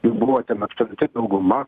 jų buvo ten absoliuti dauguma